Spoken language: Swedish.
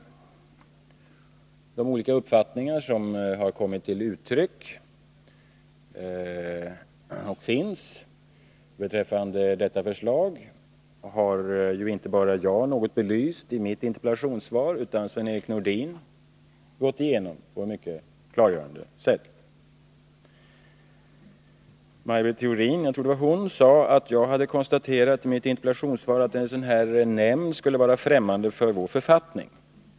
De olika uppfattningar som finns och som har kommit till uttryck beträffande detta förslag har inte bara jag belyst i mitt interpellationssvar utan också Sven-Erik Nordin gått igenom på ett mycket klargörande sätt. Maj Britt Theorin — jag tror det var hon — sade att jag konstaterar i mitt interpellationssvar att en sådan här nämnd skulle vara främmande för vår författning.